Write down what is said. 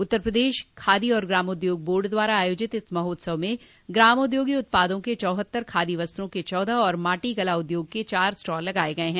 उत्तर प्रदेश खादी और ग्रामोद्योग बोर्ड द्वारा आयोजित इस महोत्सव में ग्रामोद्योगी उत्पादों के चौहत्तर खादी वस्त्रों के चौदह और माटी कला उद्योग के चार स्टाल लगाये गये हैं